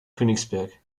königsberg